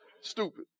stupid